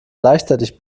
gleichzeitig